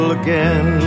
again